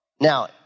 Now